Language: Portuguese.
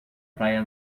praia